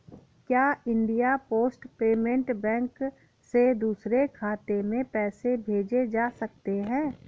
क्या India post payment bank से दूसरे खाते में पैसे भेजे जा सकते हैं?